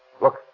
Look